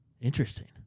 Interesting